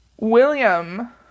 William